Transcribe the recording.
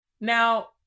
Now